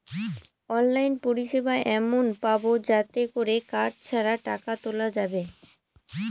online পরিষেবা এমন পাবো যাতে করে কার্ড ছাড়া টাকা তোলা যাবে